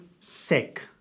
sick